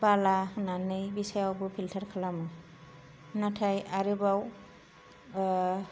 बाला होनानै बे सायावबो फिलतार खालामो नाथाय आरोबाव